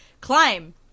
CLIMB